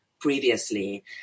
previously